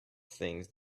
things